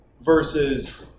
versus